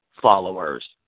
Followers